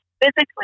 physically